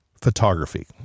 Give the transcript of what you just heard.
photography